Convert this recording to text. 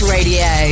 Radio